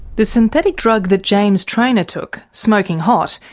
the synthetic drug that james traynor took, smoking hot,